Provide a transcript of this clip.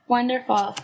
Wonderful